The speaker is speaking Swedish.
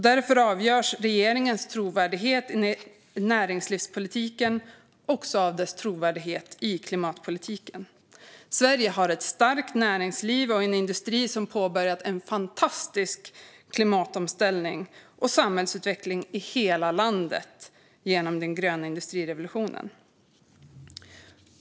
Därför avgörs regeringens trovärdighet i näringslivspolitiken också av dess trovärdighet i klimatpolitiken. Sverige har ett starkt näringsliv och en industri som påbörjat en fantastisk klimatomställning och samhällsutveckling i hela landet genom den gröna industrirevolutionen.